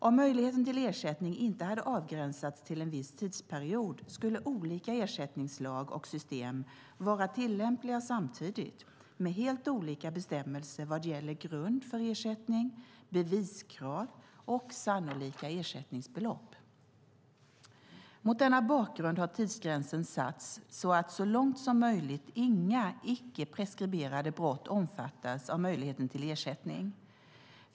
Om möjligheten till ersättning inte hade avgränsats till en viss tidsperiod skulle olika ersättningsslag och system vara tillämpliga samtidigt med helt olika bestämmelser vad gäller grund för ersättning, beviskrav och sannolika ersättningsbelopp. Mot denna bakgrund har tidsgränsen satts så att så långt som möjligt inga icke preskriberade brott omfattas av möjligheten till ersättning.